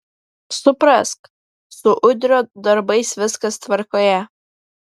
suprask su udrio darbais viskas tvarkoje